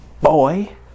Boy